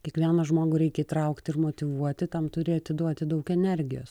kiekvieną žmogų reikia įtraukti ir motyvuoti tam turi atiduoti daug energijos